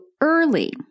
early